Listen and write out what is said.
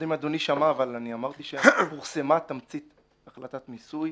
אם אדוני שמע אבל אמרתי שפורסמה תמצית החלטת מיסוי.